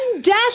death